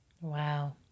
Wow